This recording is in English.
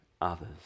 others